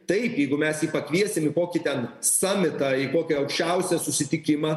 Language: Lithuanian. taip jeigu mes jį pakviesim į kokį ten samitą į kokią aukščiausią susitikimą